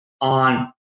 on